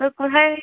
তো কোথায়